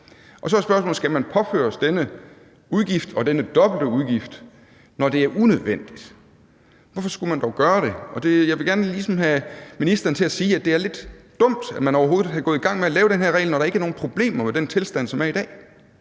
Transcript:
Så er spørgsmålet, om man skal påføres denne udgift og denne dobbelte udgift, når det er unødvendigt. Hvorfor skulle man dog gøre det? Jeg vil gerne have ministeren til at sige, at det er lidt dumt, at man overhovedet er gået i gang med at lave den her regel, når der ikke er nogen problemer med den tilstand, der er i dag.